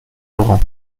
laurent